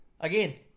Again